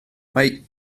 mae